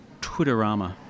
Twitterama